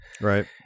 Right